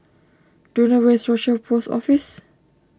do you know where is Rochor Post Office